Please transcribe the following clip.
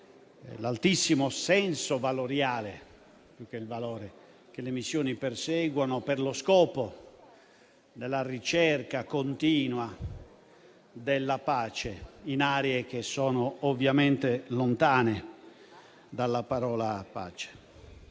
l'altissimo senso valoriale che tali missioni perseguono, per lo scopo della ricerca continua della pace in aree che sono ovviamente lontane dalla parola pace.